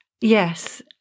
Yes